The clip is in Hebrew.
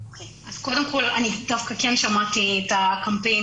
אז קודם כל אני דווקא כן שמעתי את הקמפיין